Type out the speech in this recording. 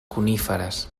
coníferes